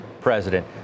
president